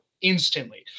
instantly